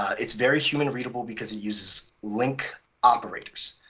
it's very human-readable because it uses link operators,